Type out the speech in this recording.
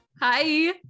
Hi